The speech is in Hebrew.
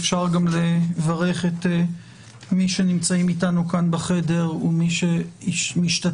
אפשר לברך את מי שנמצאים איתנו כאן בחדר ואת מי שמשתתפים